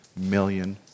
million